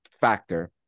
factor